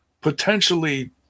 potentially